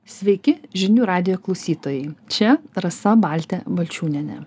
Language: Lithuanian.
sveiki žinių radijo klausytojai čia rasa baltė balčiūnienė